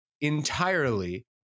entirely